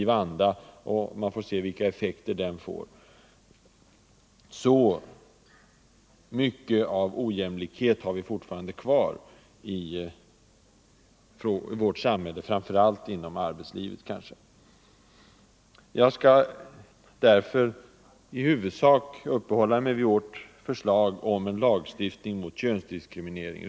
Varje förslag och effekterna av det måste prövas för sig i positiv anda. Jag skall i huvudsak uppehålla mig vid folkpartiets förslag om en lagstiftning mot könsdiskriminering.